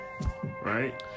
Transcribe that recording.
Right